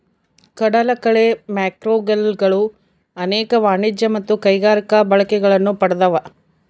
ಕಡಲಕಳೆ ಮ್ಯಾಕ್ರೋಲ್ಗೆಗಳು ಅನೇಕ ವಾಣಿಜ್ಯ ಮತ್ತು ಕೈಗಾರಿಕಾ ಬಳಕೆಗಳನ್ನು ಪಡ್ದವ